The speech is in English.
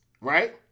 Right